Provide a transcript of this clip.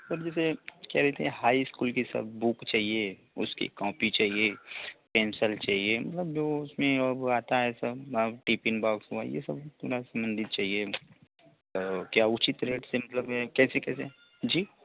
sir जैसे कह रहे थे हाई स्कूल की सब बुक चाहिए उसकी कॉपी चाहिए पेंशल चाहिए मतलब जो उसमें और अब आता है सब अब टिफिन बॉक्स हुआ यह सब पूरा संबंधित चाहिए तो क्या उचित रेट से मतलब है कैसे कैसे जी